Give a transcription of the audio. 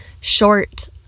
short